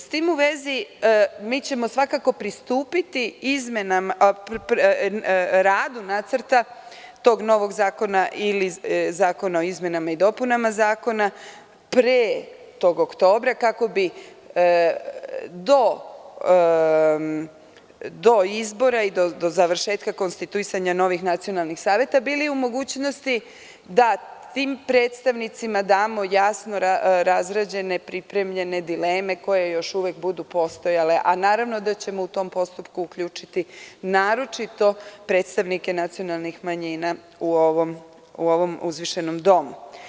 Sa tim u vezi, svakako ćemo pristupiti radu nacrta tog novog zakona ili izmenama i dopunama zakona pre tog oktobra kako bi do izbora i završetka konstituisanja novih nacionalnih saveta bili u mogućnosti da tim predstavnicima damo jasno razrađene, pripremljene dileme koje još uvek budu postojale, a naravno da ćemo u taj postupak uključiti naročito predstavnike nacionalnih manjina u ovom uzvišenom domu.